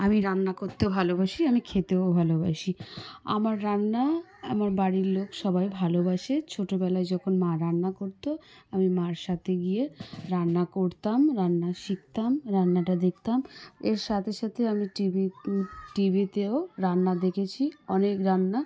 আমি রান্না করতে ভালোবাসি আমি খেতেও ভালোবাসি আমার রান্না আমার বাড়ির লোক সবাই ভালোবাসে ছোটোবেলায় যখন মা রান্না করতো আমি মার সাথে গিয়ে রান্না করতাম রান্না শিখতাম রান্নাটা দেখতাম এর সাথে সাথে আমি টিভি টিভিতেও রান্না দেখেছি অনেক রান্না